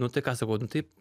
nu tai ką sakau nu tai